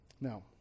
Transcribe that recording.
now